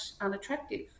unattractive